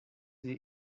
sie